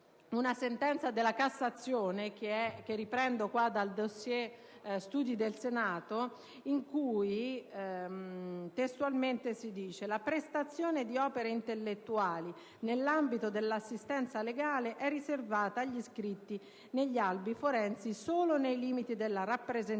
maggio 2006 della Cassazione che riprendo dal *dossier* del Servizio studi del Senato, in cui testualmente si dice: «La prestazione di opere intellettuali nell'ambito dell'assistenza legale è riservata agli iscritti negli albi forensi solo nei limiti della rappresentanza,